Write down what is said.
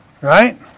right